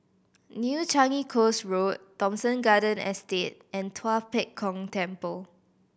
New Changi Coast Road Thomson Garden Estate and Tua Pek Kong Temple